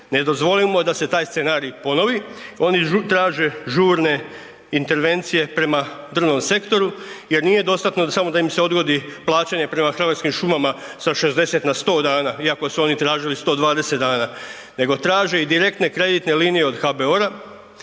Ne dozvolimo da se taj scenarij ponovi, oni traže žurne intervencije prema drvnom sektoru jer nije dostatno samo da im se odgodi plaćanje prema Hrvatskim šumama sa 60 na 100 dana iako su oni tražili 120 dana, nego traže i direktne kreditne linije od HBOR-a